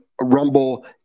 rumble